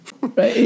Right